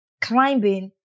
climbing